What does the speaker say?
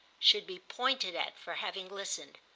should be pointed at for having listened,